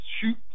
shoot